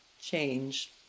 change